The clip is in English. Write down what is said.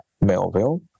Melville